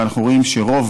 ואנחנו רואים שרוב